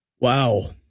Wow